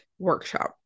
workshop